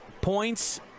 points